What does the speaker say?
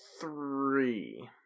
three